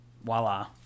Voila